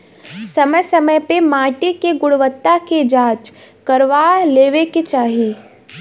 समय समय पे माटी के गुणवत्ता के जाँच करवा लेवे के चाही